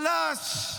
חלש.